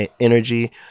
energy